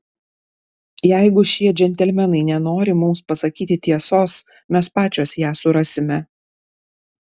jeigu šie džentelmenai nenori mums pasakyti tiesos mes pačios ją surasime